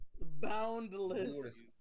Boundless